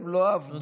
הם לא עבדו,